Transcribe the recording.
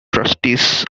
trustees